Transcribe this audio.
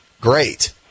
great